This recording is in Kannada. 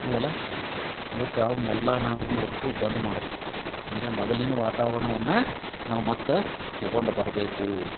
ಹೌದಲ್ಲ ಅದಕ್ಕೆ ಅವನ್ನೆಲ್ಲ ನಾವು ಏನು ಮಾಡ್ಬೇಕು ಬಂದ್ ಮಾಡ್ಬೇಕು ಇನ್ನು ಮೊದಲಿನ ವಾತಾವರಣವನ್ನ ನಾವು ಮತ್ತೆ ತಗೊಂಡು ಬರಬೇಕು